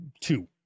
two